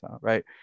right